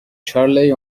charley